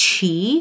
chi